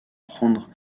prendre